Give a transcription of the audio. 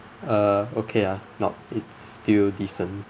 uh okay ah nope it's still decent